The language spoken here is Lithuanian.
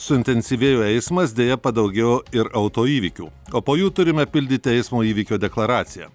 suintensyvėjo eismas deja padaugėjo ir autoįvykių o po jų turime pildyti eismo įvykio deklaraciją